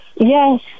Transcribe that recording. Yes